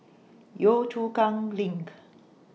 Yio Chu Kang LINK